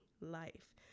life